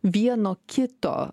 vieno kito